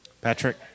Patrick